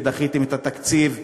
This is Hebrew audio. ודחיתם את התקציב לנובמבר.